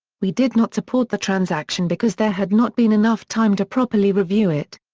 we did not support the transaction because there had not been enough time to properly review it.